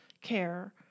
care